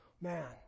Man